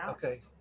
Okay